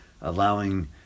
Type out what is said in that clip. allowing